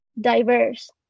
diverse